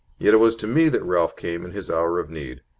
yet it was to me that ralph came in his hour of need.